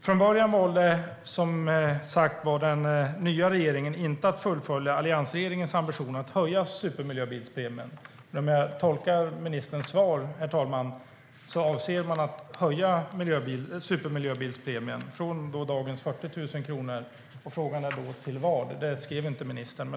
Från början valde som sagt den nya regeringen inte att fullfölja alliansregeringens ambition att höja supermiljöbilspremien. Men om jag tolkar ministerns svar rätt, herr talman, avser man att höja supermiljöbilspremien från dagens 40 000 kronor. Frågan är då till vad. Det skriver inte ministern.